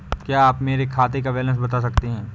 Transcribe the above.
क्या आप मेरे खाते का बैलेंस बता सकते हैं?